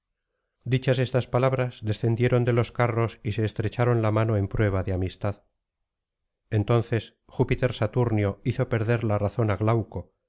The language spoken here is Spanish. dichas estas palabras descendieron de los carros y se estrecharon la mano en prueba de amistad entonces júpiter saturnio hizo perder la razón á glauco